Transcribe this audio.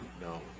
No